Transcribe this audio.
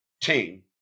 team